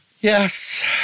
Yes